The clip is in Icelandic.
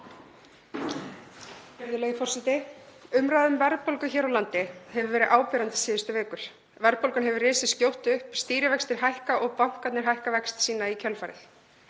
Virðulegi forseti. Umræða um verðbólgu hér á landi hefur verið áberandi síðustu vikur. Verðbólga hefur risið skjótt upp, stýrivextir hækka og bankarnir hækka vexti sína í kjölfarið.